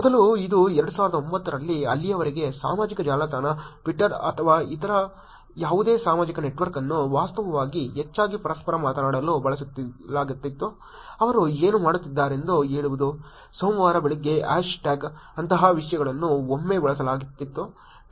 ಮೊದಲು ಇದು 2009 ರಲ್ಲಿ ಅಲ್ಲಿಯವರೆಗೆ ಸಾಮಾಜಿಕ ಜಾಲತಾಣ Twitter ಅಥವಾ ಇತರ ಯಾವುದೇ ಸಾಮಾಜಿಕ ನೆಟ್ವರ್ಕ್ ಅನ್ನು ವಾಸ್ತವವಾಗಿ ಹೆಚ್ಚಾಗಿ ಪರಸ್ಪರ ಮಾತನಾಡಲು ಬಳಸಲಾಗುತ್ತಿತ್ತು ಅವರು ಏನು ಮಾಡುತ್ತಿದ್ದಾರೆಂದು ಹೇಳುವುದು ಸೋಮವಾರ ಬೆಳಿಗ್ಗೆ ಹ್ಯಾಶ್ ಟ್ಯಾಗ್ ಅಂತಹ ವಿಷಯಗಳನ್ನು ಒಮ್ಮೆ ಬಳಸಲಾಗುತ್ತಿತ್ತು